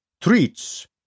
treats